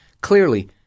clearly